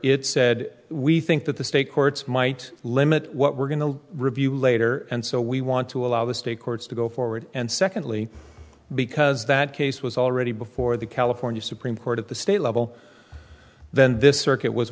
it said we think that the state courts might limit what we're going to review later and so we want to allow the state courts to go forward and secondly because that case was already before the california supreme court at the state level then this circuit was